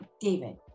David